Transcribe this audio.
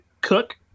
cook